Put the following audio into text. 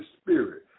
Spirit